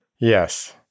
Yes